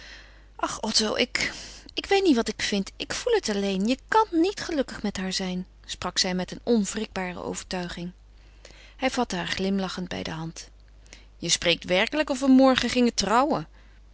ach otto ik ik weet niet wat ik vind ik voel het alleen je kan niet gelukkig met haar zijn sprak zij met een onwrikbare overtuiging hij vatte haar glimlachend bij de hand je spreekt werkelijk of we morgen gingen trouwen